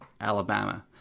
Alabama